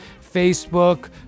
Facebook